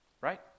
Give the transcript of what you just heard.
Right